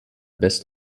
best